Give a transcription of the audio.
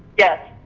yes